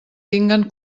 tinguen